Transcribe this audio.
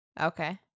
Okay